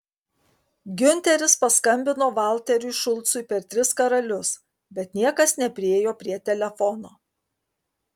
giunteris paskambino valteriui šulcui per tris karalius bet niekas nepriėjo prie telefono